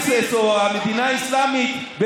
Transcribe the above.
המדינה האסלאמית?